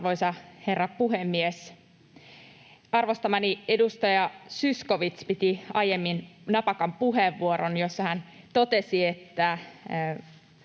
Arvoisa herra puhemies! Arvostamani edustaja Zyskowicz piti aiemmin napakan puheenvuoron, jossa hän totesi, että